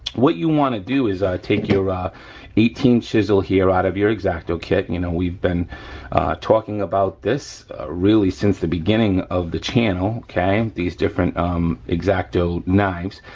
what you wanna do is take your ah eighteen chisel here out of your x-acto kit you know, we've been talking about this really since the beginning of the channel, okay? these different um x-acto knives,